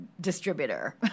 distributor